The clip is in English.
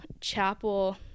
chapel